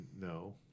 No